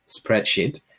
spreadsheet